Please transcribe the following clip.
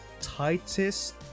tightest